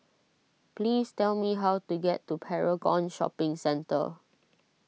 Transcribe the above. please tell me how to get to Paragon Shopping Centre